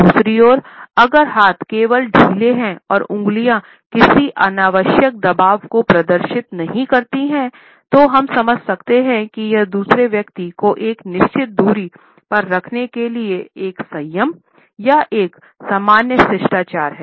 दूसरी ओर अगर हाथ केवल ढीले हैं और उंगलियां किसी अनावश्यक दबाव को प्रदर्शित नहीं करती हैं तो हम समझ सकते हैं कि यह दूसरे व्यक्ति को एक निश्चित दूरी पर रखने के लिए एक संयम या एक सामान्य शिष्टाचार है